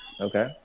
Okay